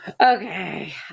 Okay